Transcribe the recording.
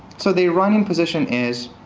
so their running position is,